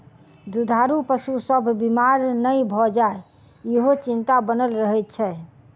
दूधारू पशु सभ बीमार नै भ जाय, ईहो चिंता बनल रहैत छै